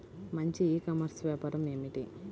మంచి e commerce వ్యాపారం ఏమిటీ?